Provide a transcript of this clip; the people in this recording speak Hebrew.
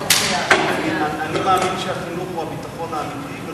אני מאמין שהחינוך הוא הביטחון האמיתי,